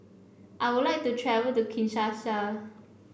I would like to travel to Kinshasa